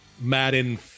Madden